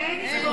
אין יתרון.